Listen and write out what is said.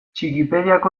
txikipediako